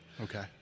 Okay